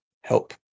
Help